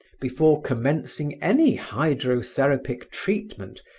before commencing any hydrotherapic treatment,